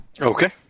Okay